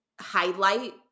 highlight